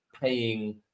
paying